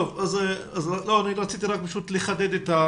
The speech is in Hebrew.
רציתי לחדד.